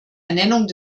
ernennung